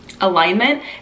alignment